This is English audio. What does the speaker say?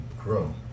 grow